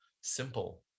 simple